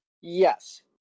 Yes